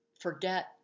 forget